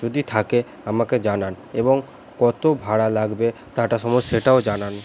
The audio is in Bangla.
যদি থাকে আমাকে জানান এবং কতো ভাড়া লাগবে টাটা সুমোর সেটাও জানান